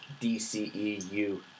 DCEU